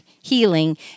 healing